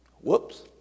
Whoops